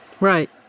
Right